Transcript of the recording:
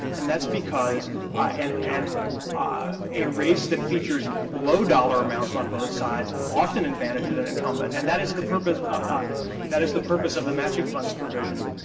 and that's because ah and ah a race that features low dollar amounts on both sides often advantages an incumbent. and that is the purpose ah that is the purpose of the matching funds provision,